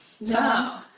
No